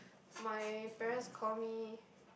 my parents call me